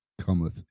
cometh